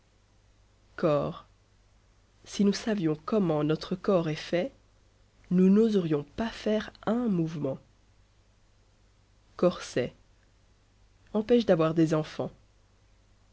corps si nous savions comment notre corps est fait nous n'oserions pas faire un mouvement corset empêche d'avoir des enfants